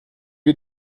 wir